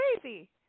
crazy